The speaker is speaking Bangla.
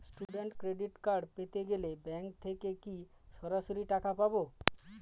স্টুডেন্ট ক্রেডিট কার্ড পেতে গেলে ব্যাঙ্ক থেকে কি সরাসরি টাকা পাবো?